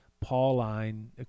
Pauline